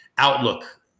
Outlook